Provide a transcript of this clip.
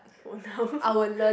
for now